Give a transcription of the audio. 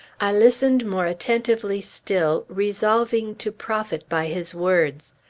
i listened more attentively still, resolving to profit by his words.